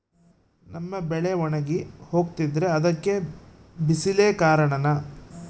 ನಮ್ಮ ಬೆಳೆ ಒಣಗಿ ಹೋಗ್ತಿದ್ರ ಅದ್ಕೆ ಬಿಸಿಲೆ ಕಾರಣನ?